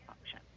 function